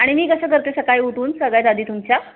आणि मी कसं करते सकाळी उठून सगळ्यात आधी तुमच्या